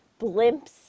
blimps